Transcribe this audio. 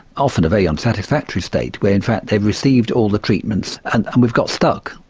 often a very unsatisfactory state where in fact they've received all the treatments and um we've got stuck.